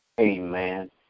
Amen